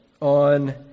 on